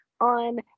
on